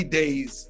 days